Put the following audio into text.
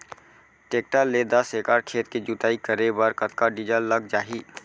Tractor ले दस एकड़ खेत के जुताई करे बर कतका डीजल लग जाही?